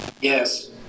Yes